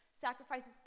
sacrifices